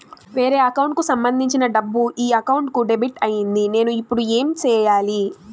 వేరే అకౌంట్ కు సంబంధించిన డబ్బు ఈ అకౌంట్ కు డెబిట్ అయింది నేను ఇప్పుడు ఏమి సేయాలి